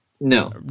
No